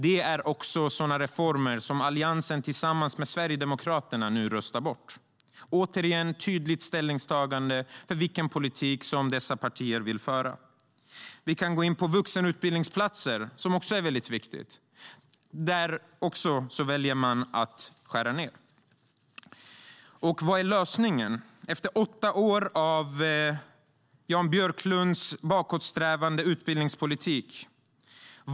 Det är sådana reformer som Alliansen tillsammans med Sverigedemokraterna nu röstar bort. Det är, återigen, ett tydligt ställningstagande för vilken politik dessa partier vill föra. Vad är lösningen efter åtta år av Jan Björklunds bakåtsträvande utbildningspolitik?